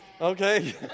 Okay